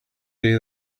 day